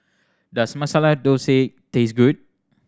does Masala Dosa taste good